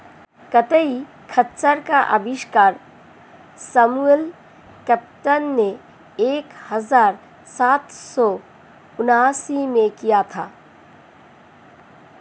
कताई खच्चर का आविष्कार सैमुअल क्रॉम्पटन ने एक हज़ार सात सौ उनासी में किया था